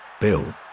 Bill